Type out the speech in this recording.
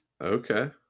okay